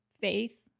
faith